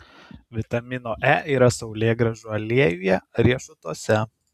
vitamino e yra saulėgrąžų aliejuje riešutuose